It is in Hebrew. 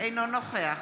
אינו נוכח